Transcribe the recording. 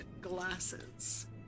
glasses